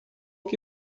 que